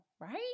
right